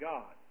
God